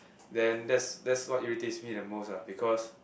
then that's that's what irritates me the most lah because